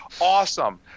awesome